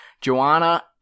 Joanna